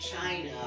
China